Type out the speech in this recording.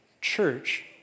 church